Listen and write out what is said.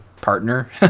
partner